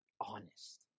honest